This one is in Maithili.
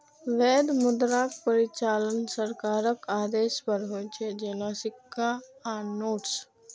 वैध मुद्राक परिचालन सरकारक आदेश पर होइ छै, जेना सिक्का आ नोट्स